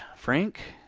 frank,